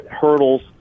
hurdles